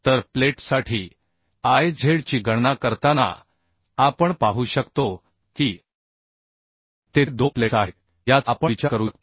तर प्लेटसाठी Iz ची गणना करताना आपण पाहू शकतो की तेथे दोन प्लेट्स आहेत याचा आपण विचार करू शकतो